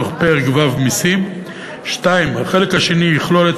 מתוך פרק ו' (מסים); 2. החלק השני יכלול את